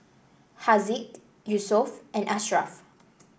Haziq Yusuf and Ashraff